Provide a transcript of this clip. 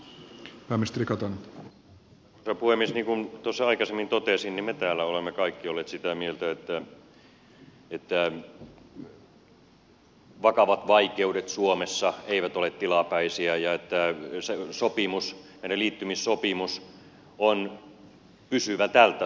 niin kuin tuossa aikaisemmin totesin me täällä olemme kaikki olleet sitä mieltä että vakavat vaikeudet suomessa eivät ole tilapäisiä ja että se meidän liittymissopimuksemme on pysyvä tältäkin osin